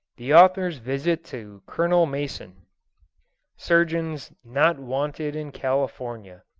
the author's visit to colonel mason surgeons not wanted in california